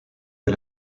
est